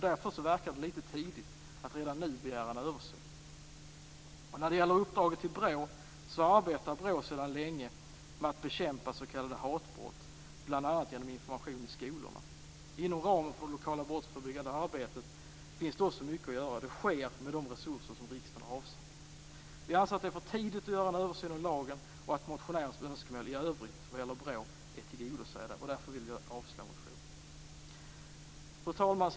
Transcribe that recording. Därför verkar det lite tidigt att redan nu begära en översyn. När det gäller uppdraget till BRÅ arbetar BRÅ sedan länge med att bekämpa s.k. hatbrott, bl.a. genom information i skolorna. Inom ramen för det lokala brottsförebyggande arbetet finns det också mycket att göra. Det sker med de resurser som riksdagen har avsatt. Vi anser att det är för tidigt att göra en översyn av lagen och att motionärens önskemål i övrigt vad gäller BRÅ är tillgodosedda. Därför vill vi avslå motionen. Fru talman!